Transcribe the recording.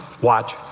Watch